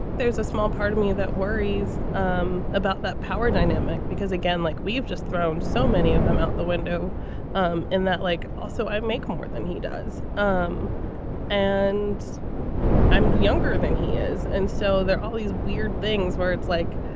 there's a small part of me that worries um about that power dynamic because again, like we've just thrown so many of them out the window um in that like also i make more than he does um and i'm younger than he is. and so there are all these weird things where it's like,